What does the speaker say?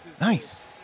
Nice